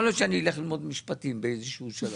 יכול להיות שאני אלך ללמוד משפטים באיזה שהוא שלב.